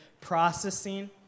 processing